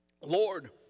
Lord